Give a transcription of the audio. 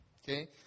okay